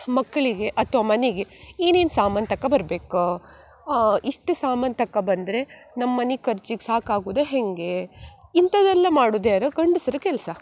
ಮಕ್ಕಳಿಗೆ ಅಥ್ವಾ ಮನೆಗೆ ಏನೇನು ಸಾಮಾನು ತಕಬರ್ಬೇಕು ಇಷ್ಟು ಸಾಮಾನು ತಕೊ ಬಂದರೆ ನಮ್ಮ ಮನೆ ಖರ್ಚಿಗೆ ಸಾಕಾಗುದಾ ಹೇಗೆ ಇಂಥದ್ದೆಲ್ಲ ಮಾಡುದ್ಯಾರು ಗಂಡಸ್ರ ಕೆಲಸ